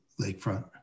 lakefront